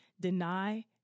deny